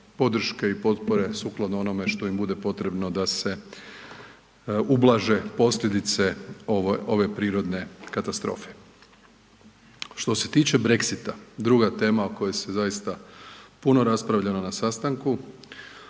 podrške i potpore sukladno onome što im bude potrebno da se ublaže posljedice ove prirodne katastrofe. Što se tiče Brexita, druga tema o kojoj se zaista puno raspravljalo na sastanku,